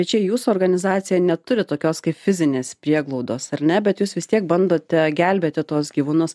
tai čia jūsų organizacija neturi tokios kaip fizinės prieglaudos ar ne bet jūs vis tiek bandote gelbėti tuos gyvūnus